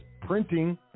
printing